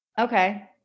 Okay